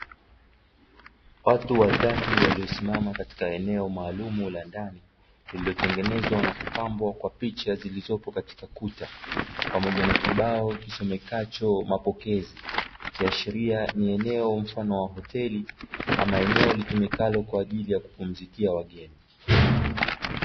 Watu watatu waliosimama katika eneo maalum la ndani lililotengenezwa na kupambwa kwa picha zilizopo katika kuta pamoja na kibao kisomekacho mapokezi, ikiashiria ni eneo mfano wa hoteli ama eneo litumikalo kwaajili ya kupumzikia wageni.